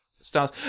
stars